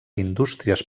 indústries